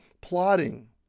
plotting